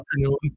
afternoon